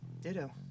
Ditto